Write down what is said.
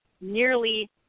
nearly